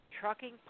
trucking